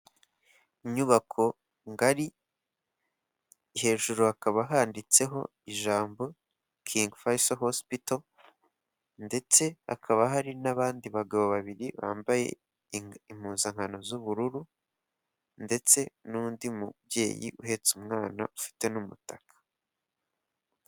Inyubako ngari hejuru hakaba handitseho ijambo kingi fayiso hosipito ndetse hakaba hari n'abandi bagabo babiri bambaye impuzankano z'ubururu ndetse n'undi mubyeyi uhetse umwana ufite n'umutaka.